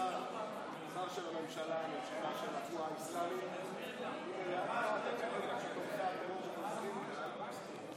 שר של התנועה האסלאמית, אבו שחאדה.